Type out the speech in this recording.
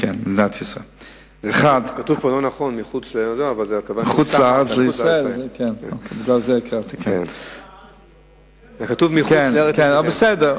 אזרחות והינו תושב הארץ מבקש להמיר את רשיון הרפואה שלו